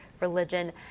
religion